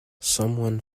someone